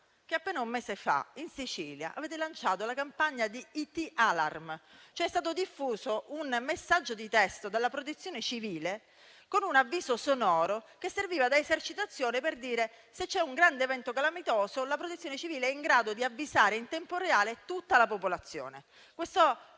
che, appena un mese fa, in Sicilia avete lanciato la campagna IT-Alert, ossia è stato diffuso un messaggio di testo dalla Protezione civile con un avviso sonoro che serviva da esercitazione per dimostrare che, a fronte di un grande evento calamitoso, la Protezione civile sarebbe in grado di avvisare in tempo reale tutta la popolazione.